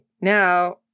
Now